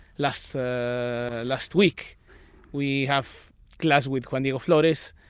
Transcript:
last ah last week we have class with juan diego florez,